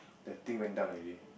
the thing went down already